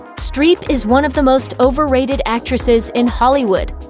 streep is one of the most over-rated actresses in hollywood.